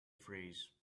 phrase